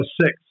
six